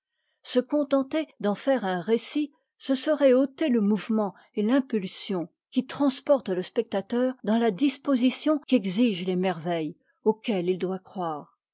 se contenter d'en faire un récit ce serait ôter le mouvement et l'impulsion qui transportent le spectateur dans la disposition qu'exigent les merveilles auxquelles il doit croire